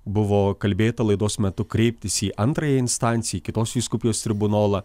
buvo kalbėta laidos metu kreiptis į antrajai instancijai kitos vyskupijos tribunolą